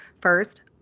First